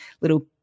little